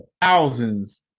thousands